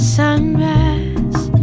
sunrise